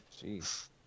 jeez